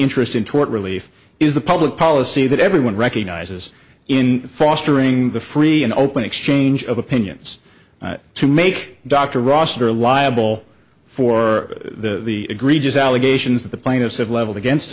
interest in tort relief is the public policy that everyone recognizes in fostering the free and open exchange of opinions to make dr rossiter liable for the egregious allegations that the plaintiffs have leveled against